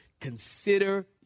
consider